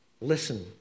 Listen